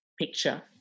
picture